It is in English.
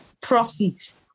profits